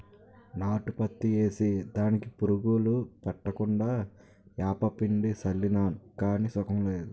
నాటు పత్తి ఏసి దానికి పురుగు పట్టకుండా ఏపపిండి సళ్ళినాను గాని సుకం లేదు